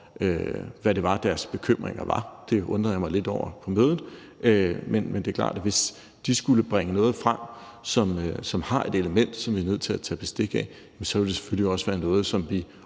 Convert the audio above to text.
hvad deres bekymringer var. Det undrede jeg mig lidt over på mødet, men det er klart, at hvis de skulle bringe noget frem, som har et element, som vi er nødt til tage bestik af, så er det selvfølgelig også noget, som vi